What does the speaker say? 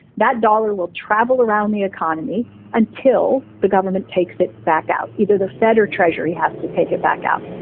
that dollar will travel around the economy until the government takes it back out. either the fed or treasury has to take it back out.